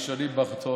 פינדרוס,